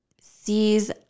sees